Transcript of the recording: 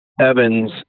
Evans